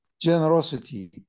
generosity